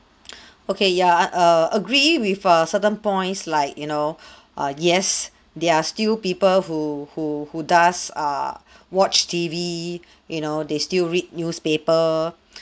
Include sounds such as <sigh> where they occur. <breath> okay yeah err agree with err certain points like you know <breath> uh yes there are still people who who who does err <breath> watch T_V <breath> you know they still read newspaper <breath>